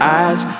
eyes